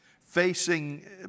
facing